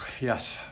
Yes